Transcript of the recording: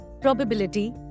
probability